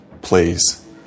Please